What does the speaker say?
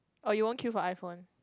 or you won't queue for iPhone